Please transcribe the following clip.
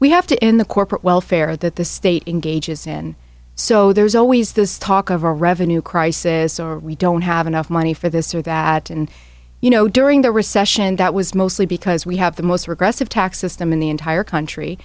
we have to in the corporate welfare that the state engages in so there's always this talk of a revenue crisis or we don't have enough money for this or that and you know during the recession that was mostly because we have the most regressive tax system in the entire country